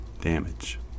damage